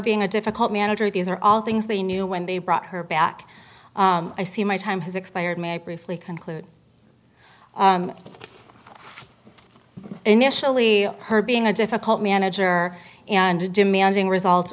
being a difficult manager these are all things they knew when they brought her back i see my time has expired briefly conclude initially her being a difficult manager and a demanding result